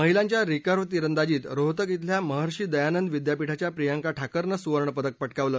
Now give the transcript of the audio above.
महिलांच्या रिकव्हं तिरंदाजीत रोहतक खेल्या महर्षी दयानंद विद्यापीठाच्या प्रियंका ठाकरनं सुवर्ण पदक पटकावलं